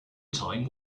time